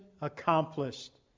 accomplished